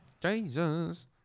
Jesus